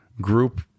group